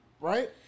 Right